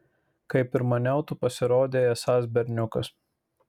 kaip ir maniau tu pasirodei esąs berniukas